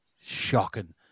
shocking